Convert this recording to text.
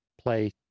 play